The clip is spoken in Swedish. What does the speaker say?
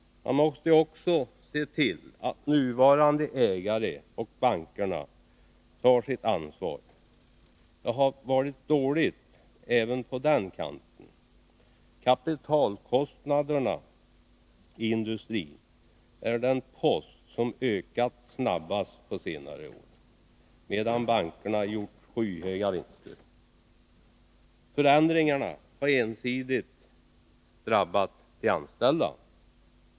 Man måste också se till att nuvarande ägare och bankerna tar sitt ansvar. Det har varit dåligt även på den kanten. Kapitalkostnaderna i industrin är den post som ökat snabbast på senare år, medan bankerna har gjort skyhöga vinster. Förändringarna har ensidigt drabbat de anställda.